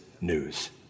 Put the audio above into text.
news